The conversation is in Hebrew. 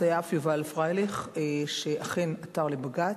הסייף יובל פרייליך שאכן עתר לבג"ץ,